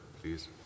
please